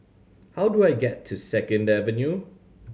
how do I get to Second Avenue